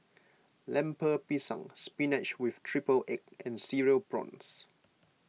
Lemper Pisang Spinach with Triple Egg and Cereal Prawns